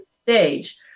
stage